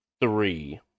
three